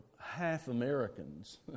half-Americans